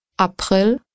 April